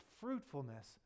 fruitfulness